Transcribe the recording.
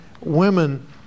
women